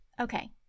Okay